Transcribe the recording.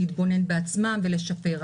להתבונן בעצמה ולשפר,